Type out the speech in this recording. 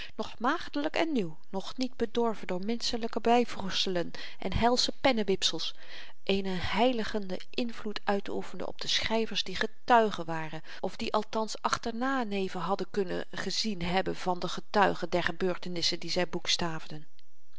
nog maagdelyk en nieuw nog niet bedorven door menschelyke byvoegselen en helsche pennewipsels eenen heiligenden invloed uitoefende op de schryvers die getuigen waren of die althans achternaneven hadden kunnen gezien hebben vàn de getuigen der gebeurtenissen die zy